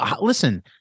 listen